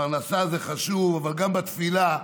פרנסה זה חשוב, אבל גם בתפילה,